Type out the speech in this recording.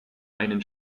einen